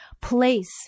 place